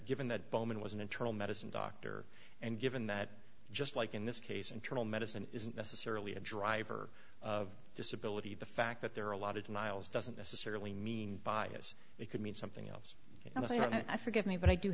given that bowman was an internal medicine doctor and given that just like in this case internal medicine isn't necessarily a driver of disability the fact that there are a lot of denials doesn't necessarily mean bias it could mean something else and i forgive me but i do